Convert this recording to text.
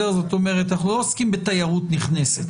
אנחנו לא עוסקים בתיירות נכנסת,